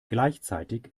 gleichzeitig